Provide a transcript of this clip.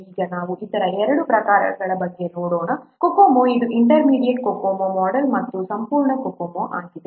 ಈಗ ನಾವು ಇತರ ಎರಡು ಪ್ರಕಾರಗಳ ಬಗ್ಗೆ ನೋಡೋಣ COCOMO ಇದು ಇಂಟರ್ಮೀಡಿಯೇಟ್ COCOMO ಮೊಡೆಲ್ ಮತ್ತು ಸಂಪೂರ್ಣ COCOMO ಆಗಿದೆ